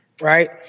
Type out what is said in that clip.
right